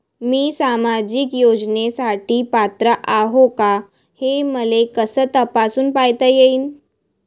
मी सामाजिक योजनेसाठी पात्र आहो का, हे मले कस तपासून पायता येईन?